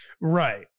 Right